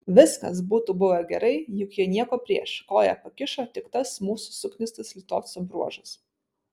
viskas būtų buvę gerai juk jie nieko prieš koją pakišo tik tas mūsų suknistas litovcų bruožas